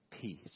peace